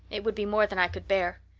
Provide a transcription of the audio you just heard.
it would be more than i could bear.